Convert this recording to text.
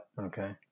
Okay